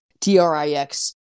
T-R-I-X